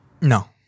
No